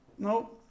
No